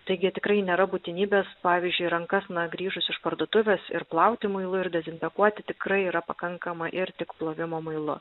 taigi tikrai nėra būtinybės pavyzdžiui rankas na grįžus iš parduotuvės ir plauti muilu ir dezinfekuoti tikrai yra pakankama ir tik plovimo muilu